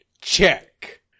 check